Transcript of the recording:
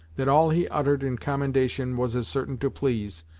that all he uttered in commendation was as certain to please,